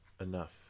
Enough